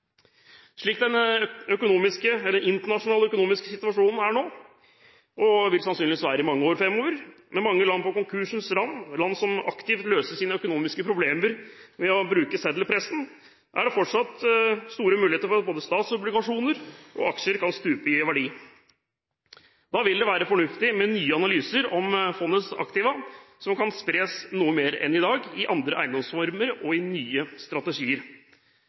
Slik den internasjonale økonomiske situasjonen er nå, og sannsynligvis vil være i mange år framover, med mange land på konkursens rand og land som aktivt løser sine økonomiske problemer ved å bruke seddelpressen, er det fortsatt store muligheter for at både statsobligasjoner og aksjer kan stupe i verdi. Da vil det være fornuftig med nye analyser om hvorvidt fondets aktiva kan spres noe mer enn i dag – i andre eiendomsformer og med nye strategier,